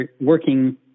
working